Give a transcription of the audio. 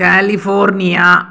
California